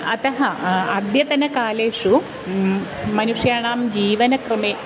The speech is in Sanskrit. अतः अद्यतनकालेषु मनुष्याणां जीवनक्रमे